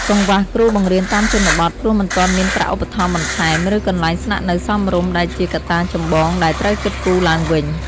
កង្វះគ្រូបង្រៀនតាមជនបទ ព្រោះមិនទាន់មានប្រាក់ឧបត្ថម្ភបន្ថែម ឬកន្លែងស្នាក់នៅសមរម្យ ដែលជាកត្តាចម្បងដែលត្រូវគិតគូរទ្បើងវិញ។